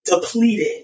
depleted